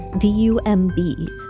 D-U-M-B